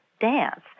dance